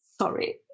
sorry